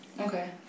Okay